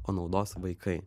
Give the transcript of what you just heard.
o naudos vaikai